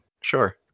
sure